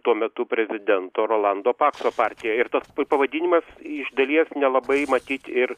tuo metu prezidento rolando pakso partija ir tas pavadinimas iš dalies nelabai matyti ir